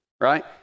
right